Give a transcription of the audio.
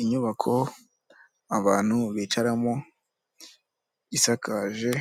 Inyubako abantu bicaramo, isakaje